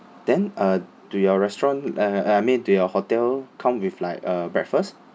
then uh do your restaurant uh I mean do your hotel come with like uh breakfast